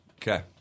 okay